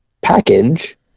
package